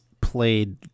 played